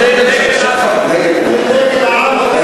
דגל העם הפלסטיני.